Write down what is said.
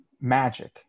magic